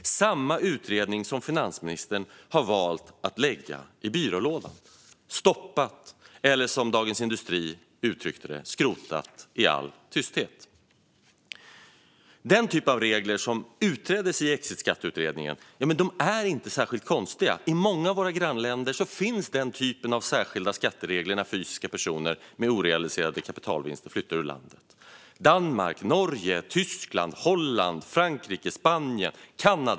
Men denna utredning har finansministern valt att stoppa - eller som Dagens industri uttryckte det: skrota i all tysthet. Den typ av regler som utreddes i den så kallade exitskatteutredningen är inte särskilt konstiga. I många länder - Danmark, Norge, Tyskland, Holland, Frankrike, Spanien och Kanada - finns denna typ av särskilda skatteregler när fysiska personer med orealiserade kapitalvinster flyttar ur landet.